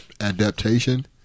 adaptation